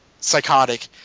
psychotic